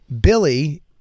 Billy